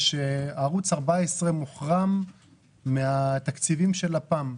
בנושא שערוץ 14 מוחרם מהתקציבים של לפ"ם.